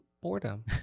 boredom